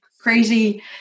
crazy